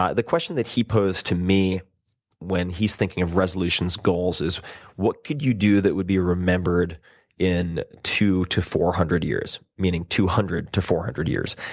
ah the question that he posed to me when he's thinking of resolutions, goals, is what could you do that would be remembered in two to four hundred years meaning two hundred to four hundred years.